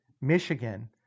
Michigan